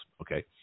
Okay